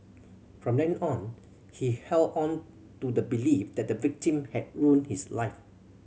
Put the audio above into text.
from then on he held on to the belief that the victim had ruined his life